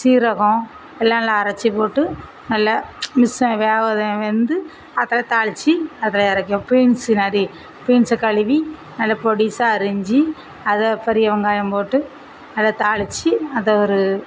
சீரகம் எல்லாம் நல்லா அரைச்சி போட்டு நல்லா மிஸ்ஸ வேவத வெந்து அதை தாளித்து அதை இறக்கிபீன்ஸு நறி பீன்ஸு கழுவி நல்லா பொடிசாக அரிஞ்சு அதை பெரிய வெங்காயம் போட்டு அதை தாளித்து அதை ஒரு